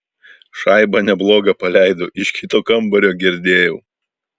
šaibą neblogą paleido iš kito kambario girdėjau